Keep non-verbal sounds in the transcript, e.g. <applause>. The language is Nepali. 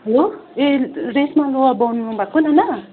हेलो ए रेश्मा <unintelligible> बोल्नुभएको नाना